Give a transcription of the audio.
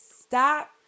Stop